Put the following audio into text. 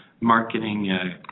marketing